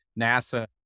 NASA